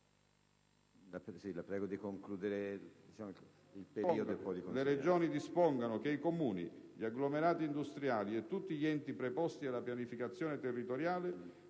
Regioni dispongano che i Comuni, gli agglomerati industriali e tutti gli enti preposti alla pianificazione territoriale